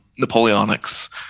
Napoleonics